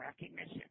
recognition